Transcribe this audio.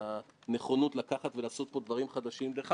אני רוצה גם להודות ללאה ורון,